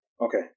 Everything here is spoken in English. Okay